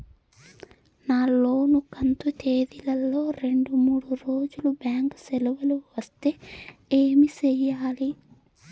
నా లోను కంతు తేదీల లో రెండు మూడు రోజులు బ్యాంకు సెలవులు వస్తే ఏమి సెయ్యాలి?